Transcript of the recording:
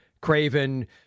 Craven